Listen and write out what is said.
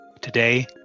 Today